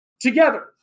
Together